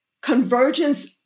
convergence